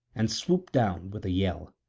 and swooped down with a yell,